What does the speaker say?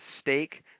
stake